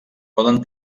poden